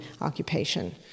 occupation